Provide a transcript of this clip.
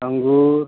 अंगूर